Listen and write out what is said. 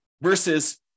versus